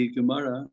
Gemara